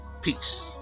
Peace